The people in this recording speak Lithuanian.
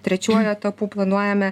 trečiuoju etapu planuojame